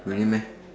really meh